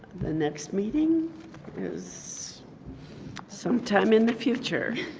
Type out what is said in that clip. the next meeting is sometime in the future.